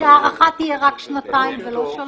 שהארכה תהיה רק שנתיים ולא שלוש?